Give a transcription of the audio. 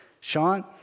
Sean